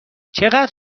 چقدر